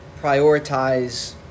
prioritize